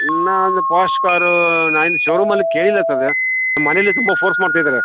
ನಾನು ಫಾಶ್ ಕಾರು ನಾ ಇನ್ನೂ ಷೋರೂಮಲ್ಲಿ ಕೇಳಿಲ್ಲ ಸರ್ ನಮ್ಮ ಮನೇಲ್ಲಿ ತುಂಬ ಫೋರ್ಸ್ ಮಾಡ್ತ ಇದಾರೆ